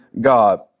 God